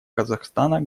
казахстана